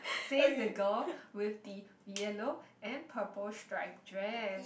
face the girl with the yellow and purple stripe dress